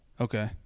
okay